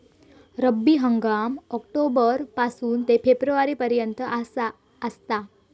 रब्बी हंगाम ऑक्टोबर पासून ते फेब्रुवारी पर्यंत आसात